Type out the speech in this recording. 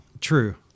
True